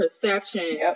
perception